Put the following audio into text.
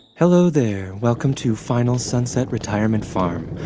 hello there. welcome to final sunset retirement farm.